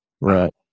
Right